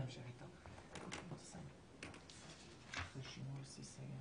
שאני יודע להגיד לך זה לגבי הכוחות של השיטור העירוני,